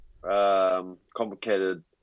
complicated